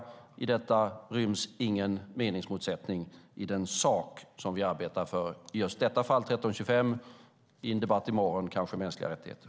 I detta ryms ingen meningsmotsättning i den sak som vi arbetar för. I just detta fall är det resolution 1325, i en debatt i morgon är det kanske mänskliga rättigheter.